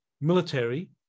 military